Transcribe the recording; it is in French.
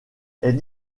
est